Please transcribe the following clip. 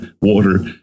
water